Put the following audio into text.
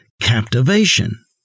captivation